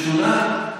זה שׁוּנה?